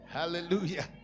hallelujah